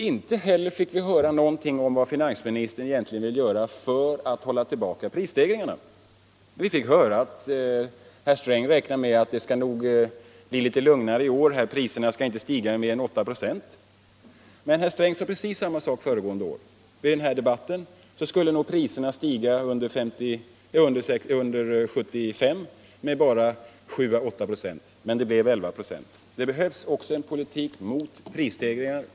Inte heller fick vi höra någonting om vad finansministern egentligen vill göra för att hålla tillbaka prisstegringarna. Vi fick höra att herr Sträng räknar med att det skall nog bli litet lugnare i år. Priserna skall inte stiga med mer än 8 96. Men herr Sträng sade precis samma sak i finansdebatten förra året. Priserna skulle stiga under 1975 med bara 7 å 8 26, men det blev 11 26. Det behövs också en politik mot prisstegringar.